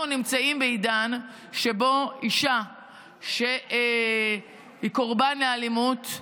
אנחנו נמצאים בעידן שבו אישה שהיא קורבן לאלימות,